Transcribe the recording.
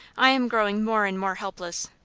i am growing more and more helpless.